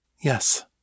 Yes